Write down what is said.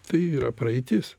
tai yra praeitis